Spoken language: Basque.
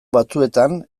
batzuetan